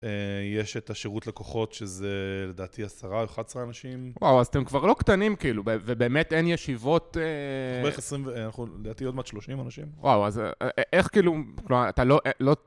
יש את השירות לקוחות, שזה לדעתי עשרה או אחת עשרה אנשים. וואו, אז אתם כבר לא קטנים כאילו, ובאמת אין ישיבות... אנחנו בערך עשרים אנחנו, לדעתי, עוד מעט שלושים אנשים. וואו, אז איך כאילו, כלומר, אתה לא...